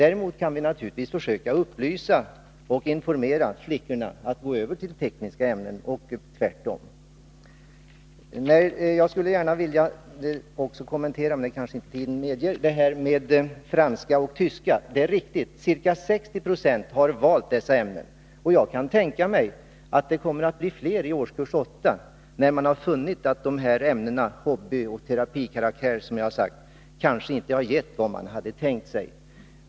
Däremot kan man naturligtvis försöka påverka flickorna att gå över till tekniska ämnen — och tvärtom. Om tiden medger det skulle jag också vilja kommentera detta med franska och tyska. Ca 60 96 har valt dessa ämnen, och jag kan tänka mig att det kommer att bli fler i årskurs 8, när man funnit att dessa ämnen av hobbyoch terapikaraktär kanske inte ger vad man hade tänkt sig.